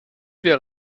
wäre